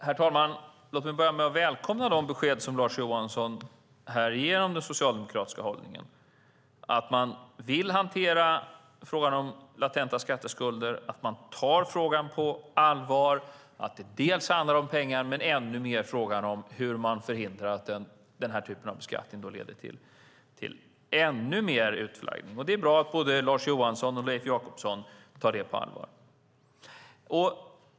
Herr talman! Låt mig börja med att välkomna de besked som Lars Johansson här ger om den socialdemokratiska hållningen. Man vill hantera frågan om latenta skatteskulder. Man tar frågan på allvar. Det handlar delvis om pengar, men ännu mer om hur man förhindrar att den här typen av beskattning leder till ännu mer utflaggning. Det är bra att både Lars Johansson och Leif Jakobsson tar detta på allvar.